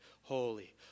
holy